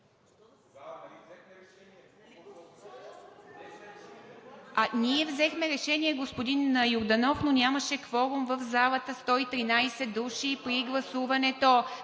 Ние взехме решение, господин Йорданов, но нямаше кворум в залата – 113 души са гласували,